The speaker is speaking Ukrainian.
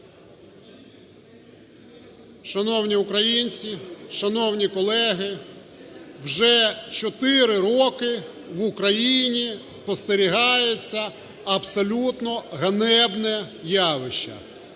Шановні українці! Шановні колеги! Вже чотири роки в Україні спостерігається абсолютно ганебне явище